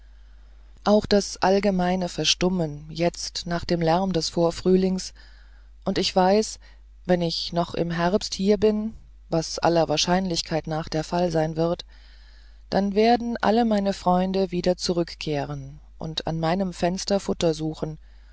auch das allgemeine verstummen jetzt nach dem lärm des vorfrühlings und ich weiß wenn ich noch im herbst hier bin was aller wahrscheinlichkeit nach der fall sein wird dann werden alle meine freunde wieder zurückkehren und an meinem fenster futter suchen